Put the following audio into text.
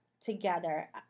together